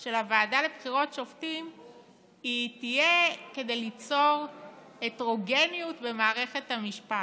של הוועדה לבחירות שופטים תהיה ליצור הטרוגניות במערכת המשפט,